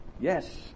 Yes